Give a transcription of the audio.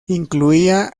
incluía